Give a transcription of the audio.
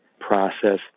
process